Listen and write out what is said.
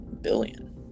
billion